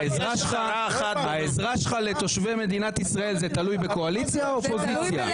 העזרה שלך לתושבי מדינת ישראל תלויה בקואליציה או באופוזיציה?